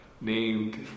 named